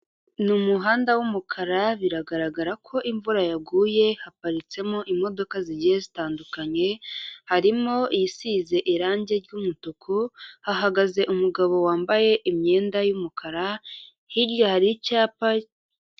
Ni umuhanda w'umukara biragaragara ko imvura yaguye, haparitsemo imodoka zigiye zitandukanye harimo isize irangi ry'umutuku, hahagaze umugabo wambaye imyenda y'umukara, hirya hari icyapa...